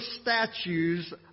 statues